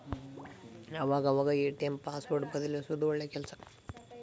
ಆವಾಗ ಅವಾಗ ATM password ಬದಲ್ಯಿಸೋದು ಒಳ್ಳೆ ಕೆಲ್ಸ